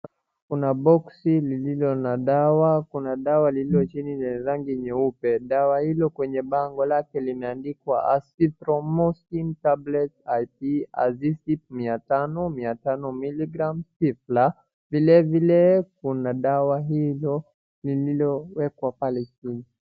Mbele yangu kuna boksi lililo na dawa, kuna dawa lililo chini yenye rangi nyeupe. Dawa hilo kwenye bango lake limeandikwa Azithromycin table IP azicip mia tano, mia tano miligram c plus. Vilevile kuna dawa hizo liliowekwa pale chini.